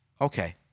Okay